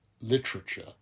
literature